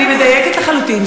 אני מדייקת לחלוטין,